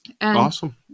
Awesome